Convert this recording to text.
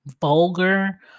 vulgar